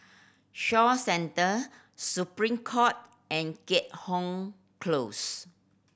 Shaw Centre Supreme Court and Keat Hong Close